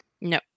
No